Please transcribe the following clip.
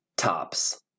Tops